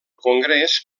congrés